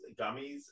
gummies